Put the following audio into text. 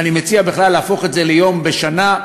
ואני מציע בכלל להפוך את זה ליום בשנה,